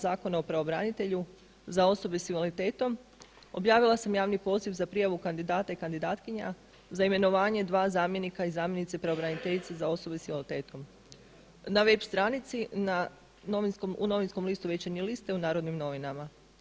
Zakona o pravobranitelju za osobe s invaliditetom objavila sam javni poziv za prijavu kandidata i kandidatkinja za imenovanje dva zamjenika i zamjenice pravobraniteljice za osobe s invaliditetom, na web stranici i u novinskom listu Večernji list te u Narodnim novinama.